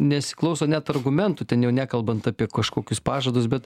nesiklauso net argumentų ten jau nekalbant apie kažkokius pažadus bet